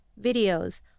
videos